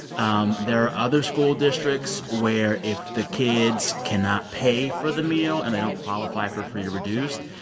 um there are other school districts where, if the kids cannot pay for the meal and they don't qualify for free or reduced,